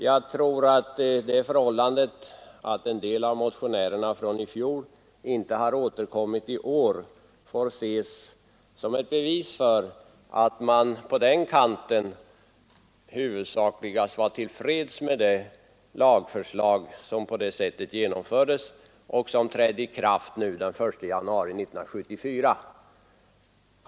Jag tror att det förhållandet att en del av fjolårets motionärer inte återkommit i år får ses som ett bevis för att man på den kanten huvudsakligast var till freds med det lagförslag som genomfördes och som trädde i kraft den 1 januari 1974.